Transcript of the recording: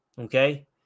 Okay